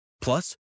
Plus